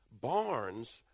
barns